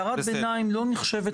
קריאת ביניים לא נחשבת כהפרעה.